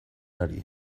ari